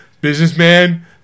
businessman